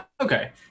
Okay